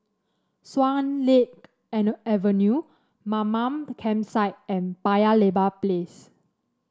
Swan Lake Avenue Mamam Campsite and Paya Lebar Place